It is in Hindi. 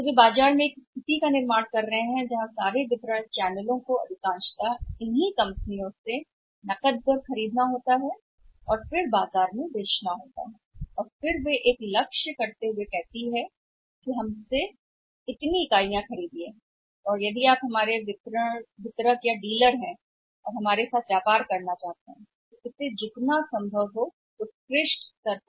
इसलिए वे बाजार में एक स्थिति पैदा कर रहे हैं जहां सभी वितरण चैनलों को करना है नकदी पर इन कंपनियों से अधिकतम और फिर इसे बाजार में बेचने के लिए और वे हैं फिर से लक्ष्य को ठीक करते हुए यह भी कहा कि आप हमसे बहुत सी इकाइयाँ खरीदते हैं यदि आप हैं यदि आप हमारे साथ व्यापार करना चाहते हैं तो हमारे वितरक और डीलर आपको हमारे साथ यह करना है सबसे अच्छा संभव स्तर पर उत्कृष्ट स्तर